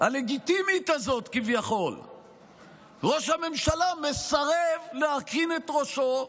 הלגיטימית הזאת כביכול: ראש הממשלה מסרב להרכין את ראשו,